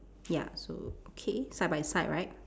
ya so okay side by side right